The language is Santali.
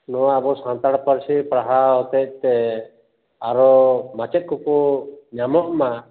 ᱱᱚᱣᱟ ᱟᱵᱚ ᱥᱟᱱᱛᱟᱲ ᱯᱟᱹᱨᱥᱤ ᱯᱟᱲᱦᱟᱣ ᱦᱚᱛᱮᱫ ᱛᱮ ᱟᱨᱚ ᱢᱟᱪᱮᱫ ᱠᱚᱠᱚ ᱧᱟᱢᱚᱜ ᱢᱟ